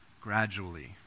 Gradually